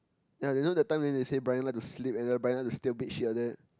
ya you know that time then they say Bryan like to sleep and then Bryan like to stain on bedsheet and all that